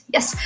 Yes